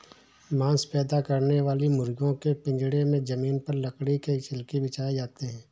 मांस पैदा करने वाली मुर्गियों के पिजड़े में जमीन पर लकड़ी के छिलके बिछाए जाते है